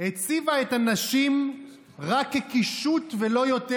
הציבה את הנשים רק כקישוט ולא יותר?